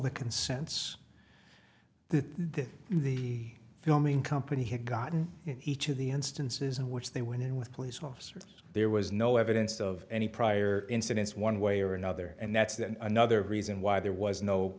the consensus that the filming company had gotten in each of the instances in which they went in with police officers there was no evidence of any prior incidents one way or another and that's that another reason why there was no